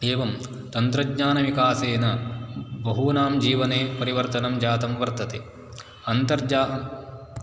एवं तन्त्रज्ञानविकासेन बहूनां जीवने परिवर्तितं जातं वर्तते अन्तर्जा